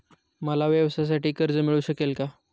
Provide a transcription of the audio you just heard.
मला व्यवसायासाठी कर्ज मिळू शकेल का?